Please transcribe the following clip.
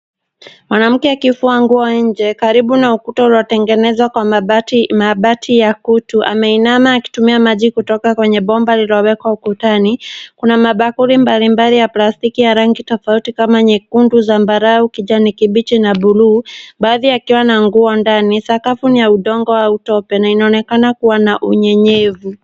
Mwanamke akifua nje karibu na ukuta uliotengenezwa kwa mabati ya kutu. Ameinama akitumia maji kutoka kwenye bomba lililowekwa ukutani. Kuna mabakuli mbalimbali ya plastiki nyekundu, zambarau, kijani kibichi na buluu baadhi yakiwa na nguo ndani. Sakafu ni ya tope na inaonekana kuwa na unyevunyevu.